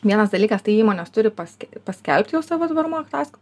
vienas dalykas tai įmonės turi paske paskelbti jau savo tvarumo ataskaitą